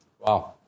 wow